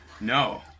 No